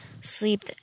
sleep